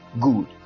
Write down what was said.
Good